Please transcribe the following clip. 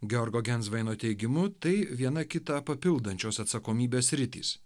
georgo gensvaino teigimu tai viena kitą papildančios atsakomybės sritys